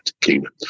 Kingdom